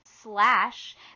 slash